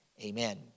amen